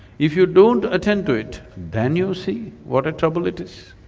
if you don't attend to it then you see what a trouble it is.